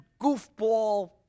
goofball